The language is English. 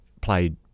played